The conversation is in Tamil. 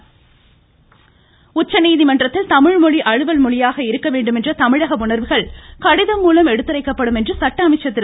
ழகஸ்டாலின் உச்சநீதிமன்றத்தில் தமிழ்மொழி அலுவல் மொழியாக இருக்கவேண்டும் என்ற தமிழக உணர்வுகள் கடிதம் மூலம் எடுத்துரைக்கப்படும் என்று சட்ட அமைச்சர் திரு